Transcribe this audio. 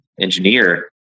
engineer